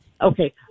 okay